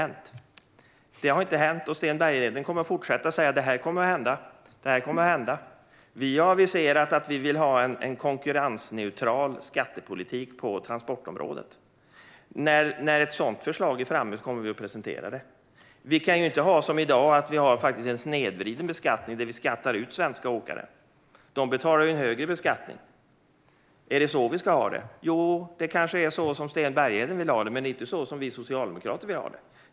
Detta har inte hänt, men Sten Bergheden kommer att fortsätta att säga att det kommer att hända. Vi har aviserat att vi vill ha en konkurrensneutral skattepolitik på transportområdet. När ett sådant förslag finns kommer vi att presentera det. Vi kan inte som i dag ha en snedvriden beskattning, där vi skattar ut svenska åkare. De betalar ju en högre skatt. Är det så vi ska ha det? Ja, det kanske är så Sten Bergheden vill ha det, men det är inte så vi socialdemokrater vill ha det.